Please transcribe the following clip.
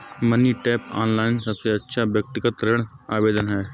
money tap, online सबसे अच्छा व्यक्तिगत ऋण आवेदन है